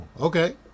okay